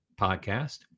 podcast